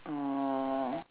orh